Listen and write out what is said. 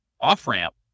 off-ramp